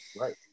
Right